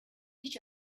each